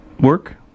work